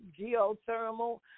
geothermal